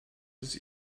des